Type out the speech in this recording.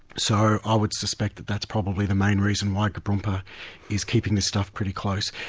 so i would suspect that that's probably the main reason why gbrmpa is keeping this stuff pretty close.